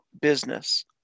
business